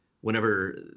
whenever